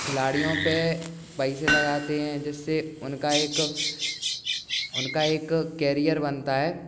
खिलाड़ियों पर पैसे लगाते हैं जिससे उनका एक उनका एक कैरियर बनता है